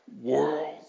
world